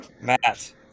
Matt